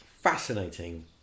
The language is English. fascinating